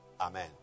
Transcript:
Amen